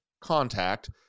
contact